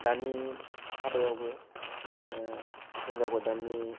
दानि हाबायावबो मा हिनजाव गोदाननि